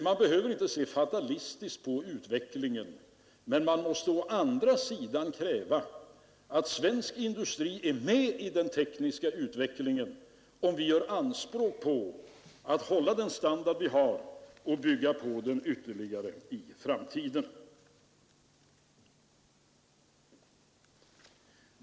Man behöver inte se fatalistiskt på utvecklingen, men man måste å andra sidan kräva att svensk industri är med i den tekniska utvecklingen, om vi gör anspråk på att hålla den standard vi har och bygga på den ytterligare i framtiden.